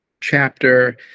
chapter